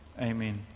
Amen